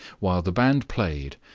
while the band played,